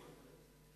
כן.